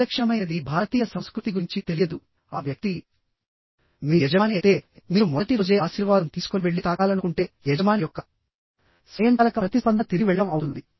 విలక్షణమైనది భారతీయ సంస్కృతి గురించి తెలియదు ఆ వ్యక్తి మీ యజమాని అయితే మీరు మొదటి రోజే ఆశీర్వాదం తీసుకొని వెళ్లి తాకాలనుకుంటే యజమాని యొక్క స్వయంచాలక ప్రతిస్పందన తిరిగి వెళ్లడం అవుతుంది